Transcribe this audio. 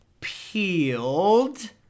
peeled